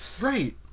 Right